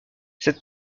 cette